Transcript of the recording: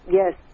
yes